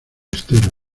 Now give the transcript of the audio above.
estero